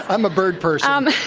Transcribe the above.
i'm a bird person. um